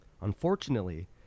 Unfortunately